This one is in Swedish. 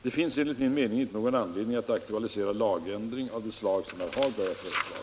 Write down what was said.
Det finns enligt min mening inte någon anledning att aktualisera lagändring av det slag som herr Hagberg föreslagit.